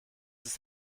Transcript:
ist